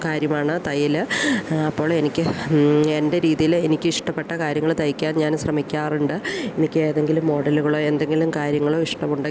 കാര്യമാണ് തയ്യൽ അപ്പോൾ എനിക്ക് എൻ്റെ രീതിയിൽ എനിക്ക് ഇഷ്ടപ്പെട്ട കാര്യങ്ങൾ തയ്ക്കാൻ ഞാൻ ശ്രമിക്കാറുണ്ട് എനിക്ക് ഏതെങ്കിലും മോഡലുകളോ എന്തെങ്കിലും കാര്യങ്ങളോ ഇഷ്ടം ഉണ്ടെങ്കിൽ